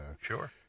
Sure